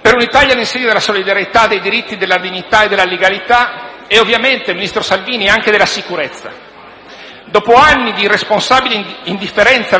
per un'Italia all'insegna della solidarietà, dei diritti, della dignità e della legalità e, ovviamente, ministro Salvini, anche della sicurezza. Dopo anni di irresponsabile indifferenza